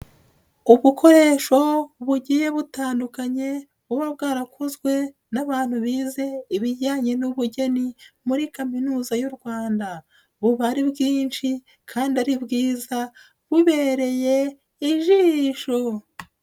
Ubukoresho bugiye butandukanye buba bwarakozwe n'abantu bize ibijyanye n'ubugeni muri kaminuza y'u Rwanda, buba ari bwinshi kandi ari bwiza, bubereye ijishoro.